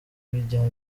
bijyana